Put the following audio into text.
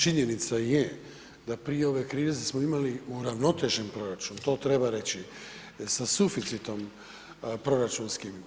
Činjenica je da prije ove krize smo imali uravnotežen proračun, to treba reći, sa suficitom proračunskim.